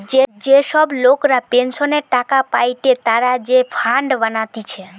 যে সব লোকরা পেনসনের টাকা পায়েটে তারা যে ফান্ড বানাতিছে